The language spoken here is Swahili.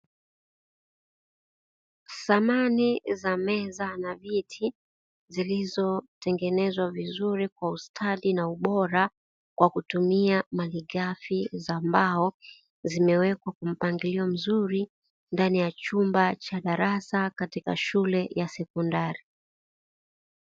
Samani za meza na viti zilizotengenezwa vizuri kwa ustadi na ubora kwa kutumia maligahfi za mbao, zimewekwa kwa mpangilio mzuri ndani ya chumba cha darasa katika shule ya sekondari.